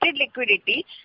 liquidity